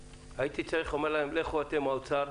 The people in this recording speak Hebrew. הייתי צריך לומר להם: לכו אתם האוצר,